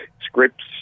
scripts